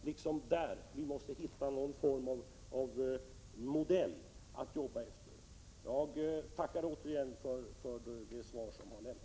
Vi måste hitta någon modell att jobba efter. Jag tackar åter för det svar som har lämnats.